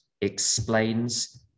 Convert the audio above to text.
explains